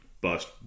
bust